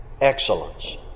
excellence